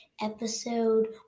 episode